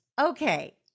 Okay